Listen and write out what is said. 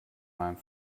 meinem